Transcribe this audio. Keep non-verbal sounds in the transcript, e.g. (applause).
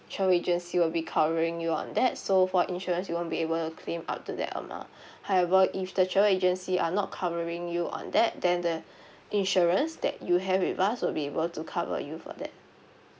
travel agency will be covering you on that so for insurance you won't be able claim up to that amount (breath) however if the travel agency are not covering you on that then the (breath) insurance that you have with us would be able to cover you for that